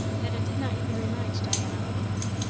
that it did not even remind diana of them.